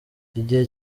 igihe